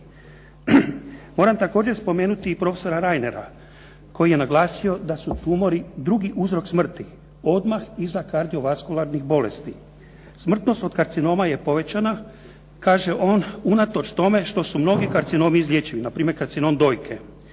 Moram također spomenuti i profesora Rainera koji je naglasio da su tumori drugi uzrok smrti, odmah iza kardiovaskularnih bolesti. Smrtnost od karcinoma je povećana, kaže on unatoč tome što su mnogi karcinomi izlječivi, npr. karcinom dojke.